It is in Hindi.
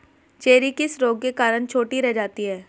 चेरी किस रोग के कारण छोटी रह जाती है?